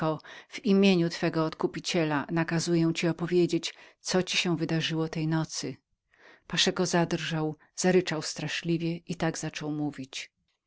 w imieniu twego odkupiciela nakazuję ci opowiedzieć co ci się wydarzyło tej nocy paszeko zadrżał zaryczał straszliwie i tak zaczął mówić